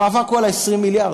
המאבק הוא על ה-20 מיליארד.